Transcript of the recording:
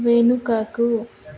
వెనుకకు